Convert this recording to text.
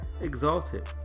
exalted